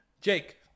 Jake